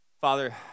Father